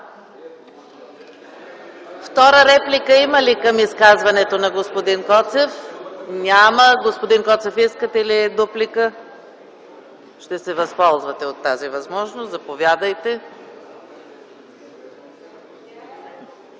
Втора реплика има ли към изказването на господин Коцев? Няма. Господин Коцев, искате ли дуплика? Ще се възползвате от тази възможност – заповядайте.